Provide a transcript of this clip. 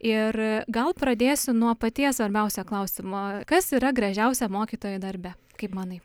ir gal pradėsiu nuo paties svarbiausio klausimo kas yra gražiausia mokytojo darbe kaip manai